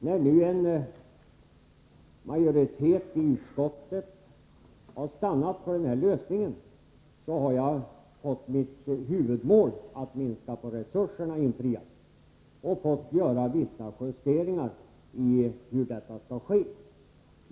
När nu en majoritet i utskottet har stannat för den lösning som justitieministern föreslagit har mitt huvudmål uppnåtts, nämligen att minska på resurserna. Jag har då fått göra vissa justeringar i min uppfattning om hur detta skall ske.